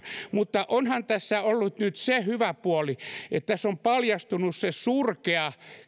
perusturvaan mutta onhan tässä ollut nyt se hyvä puoli että tässä on paljastunut se surkea